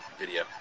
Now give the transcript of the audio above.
Video